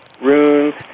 runes